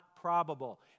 probable